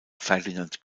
ferdinand